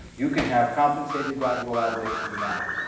you can have compensated gradual abolition now,